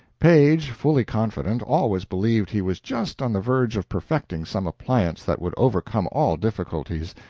paige, fully confident, always believed he was just on the verge of perfecting some appliance that would overcome all difficulties,